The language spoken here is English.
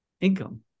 income